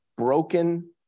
broken